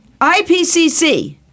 IPCC